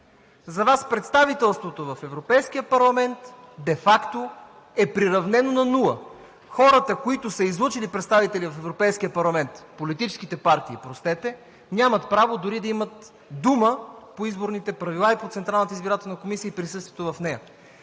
За Вас представителството в Европейския парламент де факто е приравнено на нула. Политическите партии, които са излъчили представители в Европейския парламент, нямат право дори да имат думата по изборните правила, по Централната избирателна комисия и присъствието в нея.